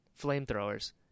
flamethrowers